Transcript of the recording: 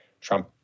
trump